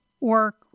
work